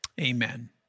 Amen